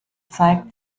zeigt